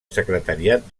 secretariat